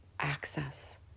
Access